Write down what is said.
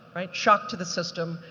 right? shock to the system,